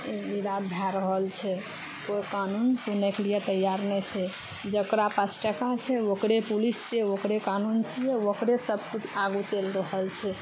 बिवाद भए रहल छै कोइ कानून सुनैके लिए तैयार नहि छै जेकरा पास टका छै ओकरे पुलिस छियै ओकरे कानून छियै ओकरे सब किछु आगू चलि रहल छै